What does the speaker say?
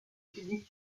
publique